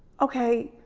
okay,